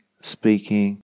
speaking